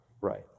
right